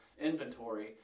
inventory